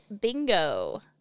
bingo